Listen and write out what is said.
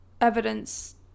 evidence